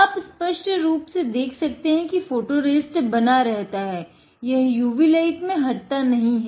आप स्पष्ट रूप से देख सकते हैं कि फोटोरेसिस्ट बना रहता है यह UV लाइट में हटता नही है